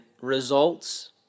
results